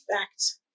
fact